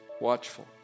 watchful